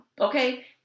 Okay